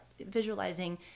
visualizing